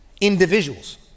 individuals